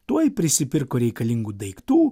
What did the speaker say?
tuoj prisipirko reikalingų daiktų